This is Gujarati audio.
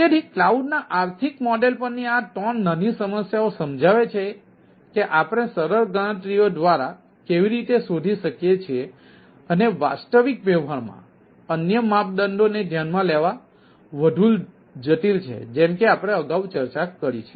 તેથી કલાઉડ ના આર્થિક મોડેલ પરની આ ત્રણ નાની સમસ્યાઓ સમજાવે છે કે આપણે સરળ ગણતરીઓ દ્વારા કેવી રીતે શોધી શકીએ છીએ અને વાસ્તવિક વ્યવહારમાં અન્ય માપદંડોને ધ્યાનમાં લેવા વધુ જટિલ છે જેમ કે આપણે અગાઉ ચર્ચા કરી છે